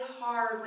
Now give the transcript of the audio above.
hard